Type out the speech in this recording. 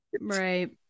Right